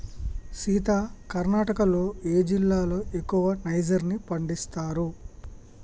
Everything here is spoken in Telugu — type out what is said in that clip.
సీత కర్ణాటకలో ఏ జిల్లాలో ఎక్కువగా నైజర్ ని పండిస్తారు